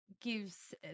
gives